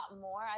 more